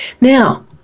Now